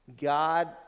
God